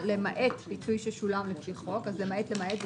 למעט פיצוי ששולם לפי החוק", אז "למעט למעט"?